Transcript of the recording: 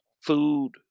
food